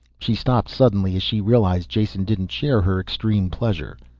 she stopped suddenly as she realized jason didn't share her extreme pleasure.